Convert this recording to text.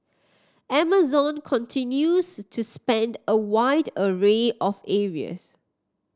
Amazon continues to spend a wide array of areas